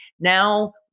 Now